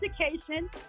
education